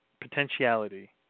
potentiality